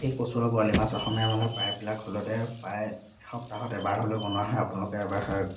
এই কচু আৰু বৰালি মাছ অসমীয়া মানুহৰ প্ৰায়বিলাক ঘৰতে প্ৰায় এসপ্তাহত এবাৰ হ'লেও বনোৱা হয় আপোনালোকে এবাৰ খাৰ